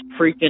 freaking